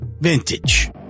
vintage